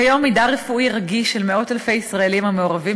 כיום מידע רפואי רגיש של מאות אלפי ישראלים המעורבים